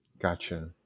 Gotcha